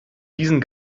diesen